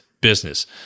business